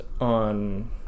on